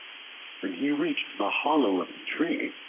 when he reached the hollow of the tree,